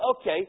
okay